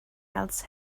else